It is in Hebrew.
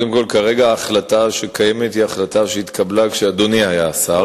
כרגע ההחלטה שקיימת היא החלטה שהתקבלה כשאדוני היה השר.